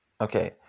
Okay